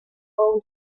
own